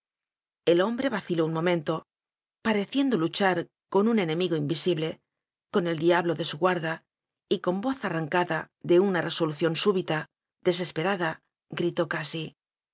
mientras tú l ú i do luchar con un enemigo invisible con el diablo de su guarda y con voz arrancada de una resolución súbita desesperada